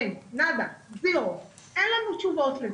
אין, כלום, אפס, אין לנו תשובות לזה.